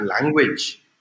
language